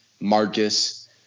Marcus